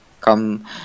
come